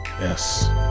Yes